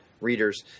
readers